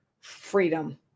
freedom